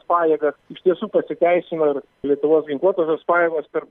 pajėgas iš tiesų pasiteisino ir lietuvos ginkluotosios pajėgos per